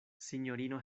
sinjorino